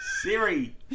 Siri